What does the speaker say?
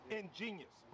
ingenious